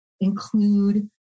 include